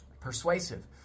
Persuasive